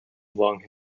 long